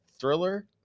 thriller